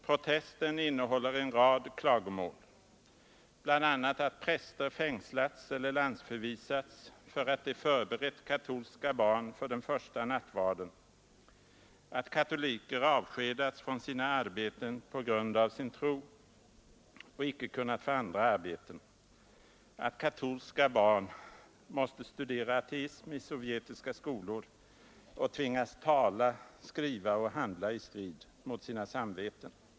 Protesten innehåller en rad klagomål: bl.a. att präster fängslats eller landsförvisats för att de förberett katolska barn för den första nattvarden, att katoliker avskedats från sina arbeten på grund av sin tro och inte kunnat få andra arbeten, att katolska barn måste studera ateism i sovjetiska skolor och tvingas tala, skriva och handla i strid mot sina samveten.